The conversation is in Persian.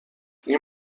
این